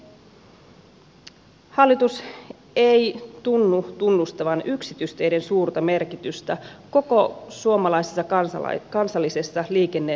hallitus ei tunnu tunnustavan yksityisteiden suurta merkitystä koko suomalaisessa kansallisessa liikenneverkossamme